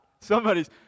Somebody's